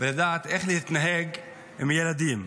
ולדעת איך להתנהג עם ילדים,